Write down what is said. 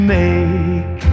make